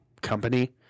company